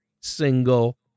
single